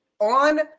on